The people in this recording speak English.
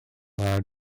allowed